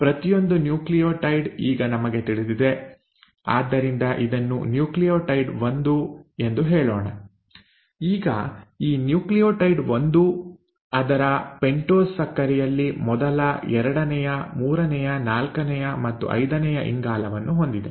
ಪ್ರತಿಯೊಂದು ನ್ಯೂಕ್ಲಿಯೋಟೈಡ್ ಈಗ ನಮಗೆ ತಿಳಿದಿದೆ ಆದ್ದರಿಂದ ಇದನ್ನು ನ್ಯೂಕ್ಲಿಯೋಟೈಡ್ 1 ಎಂದು ಹೇಳೋಣ ಈಗ ಈ ನ್ಯೂಕ್ಲಿಯೋಟೈಡ್ 1 ಅದರ ಪೆಂಟೋಸ್ ಸಕ್ಕರೆಯಲ್ಲಿ ಮೊದಲ ಎರಡನೆಯ ಮೂರನೆಯ ನಾಲ್ಕನೆಯ ಮತ್ತು ಐದನೆಯ ಇಂಗಾಲವನ್ನು ಹೊಂದಿದೆ